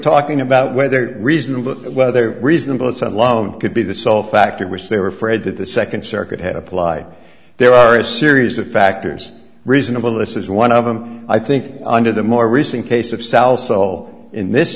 talking about whether reasonable whether reasonable it said lone could be the sole factor which they were afraid that the second circuit had applied there are a series of factors reasonable this is one of them i think under the more recent case of sal's soul in this